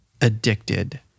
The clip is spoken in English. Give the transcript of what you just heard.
addicted